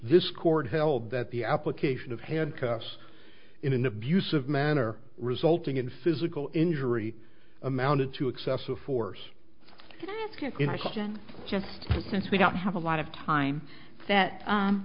this court held that the application of handcuffs in an abusive manner resulting in physical injury amounted to excessive force just since we don't have a lot of time that